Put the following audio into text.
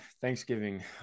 Thanksgiving